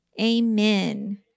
Amen